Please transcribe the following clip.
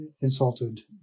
insulted